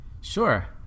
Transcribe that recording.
Sure